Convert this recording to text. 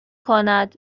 کند